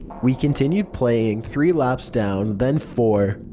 we continued playing. three laps down. then four.